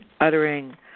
uttering